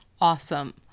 awesome